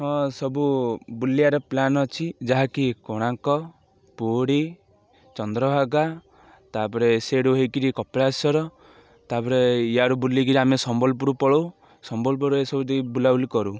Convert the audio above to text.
ହଁ ସବୁ ବୁଲିିବାର ପ୍ଲାନ୍ ଅଛି ଯାହାକି କୋଣାର୍କ ପୁରୀ ଚନ୍ଦ୍ରଭାଗା ତାପରେ ସେଇଠୁ ହୋଇକରି କପିଳାଶ୍ୱର ତାପରେ ୟାଡ଼ୁ ବୁଲିକିରି ଆମେ ସମ୍ବଲପୁର ପଳାଉ ସମ୍ବଲପୁର ଏସବୁକି ବୁଲାବୁଲି କରୁ